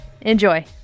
Enjoy